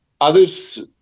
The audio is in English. Others